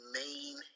main